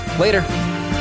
Later